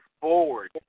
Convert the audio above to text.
forward